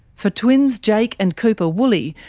for twins jake and cooper woolley,